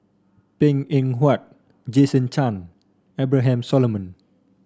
Png Eng Huat Jason Chan Abraham Solomon